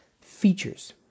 features